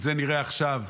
זה נראה עכשיו: